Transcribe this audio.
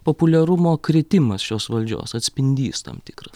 populiarumo kritimas šios valdžios atspindys tam tikras